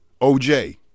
OJ